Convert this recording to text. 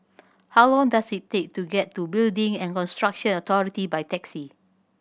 how long does it take to get to Building and Construction Authority by taxi